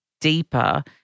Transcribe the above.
deeper